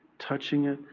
touching it,